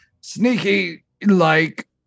sneaky-like